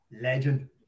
Legend